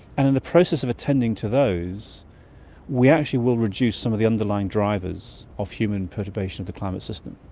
and in the process of attending to those we actually will reduce some of the underlying drivers of human perturbation of the climate system.